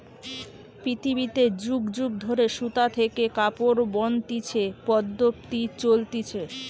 পৃথিবীতে যুগ যুগ ধরে সুতা থেকে কাপড় বনতিছে পদ্ধপ্তি চলতিছে